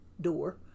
door